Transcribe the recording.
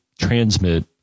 transmit